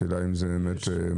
השאלה היא אם זה באמת מספיק.